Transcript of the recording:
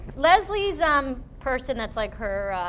leslie's um person that's like her,